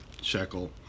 shekel